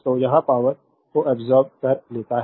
तो यह पावरको अब्सोर्बेद कर लेता है